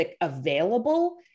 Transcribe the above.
available